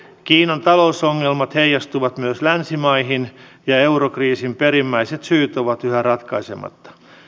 kiinan talousongelmat heijastuvat myös länsimaihin ja eurokriisin perimmäiset syyt ovat yhä ratkaisematta